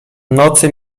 nocy